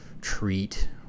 treat